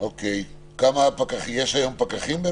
יש היום פקחים?